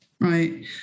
right